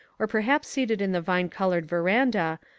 or perhaps seated in the vine-covered veranda,